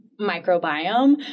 microbiome